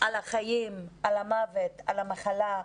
על החיים, על המוות, על המחלה,